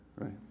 right